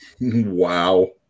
Wow